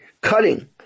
cutting